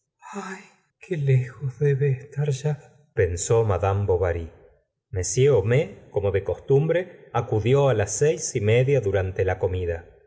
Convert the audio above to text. ahl qué lejos debe estar yalpensó mad bo vary m homais como de costumbre acudió it las seis y media durante la comida